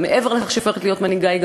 ומעבר לכך שהיא הופכת להיות מנהיגה היא גם